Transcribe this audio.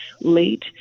late